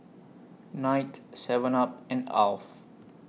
Knight Seven up and Alf